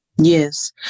Yes